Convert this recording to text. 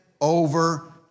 over